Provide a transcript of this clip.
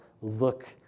look